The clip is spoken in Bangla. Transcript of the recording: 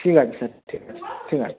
ঠিক আছে স্যার ঠিক আছে ঠিক আছে